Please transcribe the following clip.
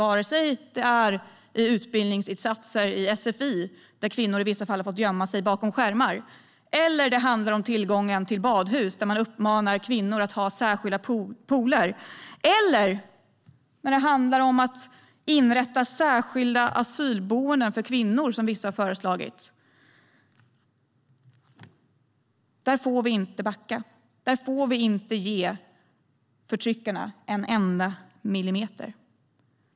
Det kan handla om utbildningsinsatser i sfi, där kvinnor i vissa fall har fått gömma sig bakom skärmar. Det kan handla om att man uppmanar kvinnor att använda särskilda pooler i badhus. Det kan handla om att inrätta särskilda asylboenden för kvinnor, som vissa har föreslagit. Där får vi inte backa. Där får vi inte ge förtryckarna en enda millimeter.